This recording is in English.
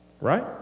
right